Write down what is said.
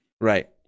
right